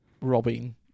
robbing